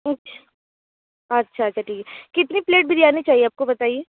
अच्छा अच्छा अच्छा ठीक है कितनी प्लेट बिरयानी चाहिए आपको बताइए